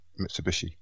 Mitsubishi